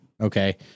Okay